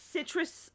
Citrus